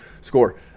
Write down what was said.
score